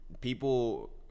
people